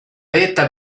vetta